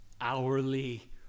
hourly